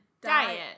diet